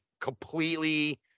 completely